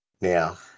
Now